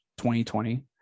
2020